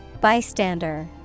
Bystander